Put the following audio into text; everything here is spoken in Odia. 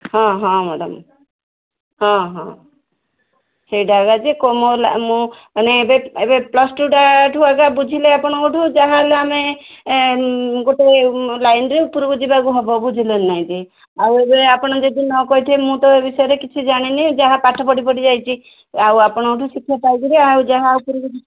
ହଁ ହଁ ମ୍ୟାଡ଼ାମ୍ ହଁ ହଁ ସେଇଟା ହେଲା ଯେ କ ମାନେ ଏବେ ଏବେ ପ୍ଲସ୍ ଟୁଠୁ ବୁଝିଲେ ଆପଣଙ୍କଠୁ ଯାହା ହେଲେ ଆମେ ଗୋଟେ ଲାଇନ୍ରେ ଉପରକୁ ଯିବାକୁ ହେବ ବୁଝିଲେ ନାଇଁ କି ଆଉ ଏବେ ଆପଣ ଯଦି ନକହିଥିବେ ମୁଁ ତ ଏ ବିଷୟରେ କିଛି ଜାଣିନି ଯାହା ପାଠ ପଢ଼ିପଢ଼ି ଯାଇଛି ଆଉ ଆପଣଙ୍କଠୁ ଶିକ୍ଷା ପାଇକରି ଆଉ ଯାହା ଉପରକୁ